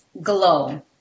glow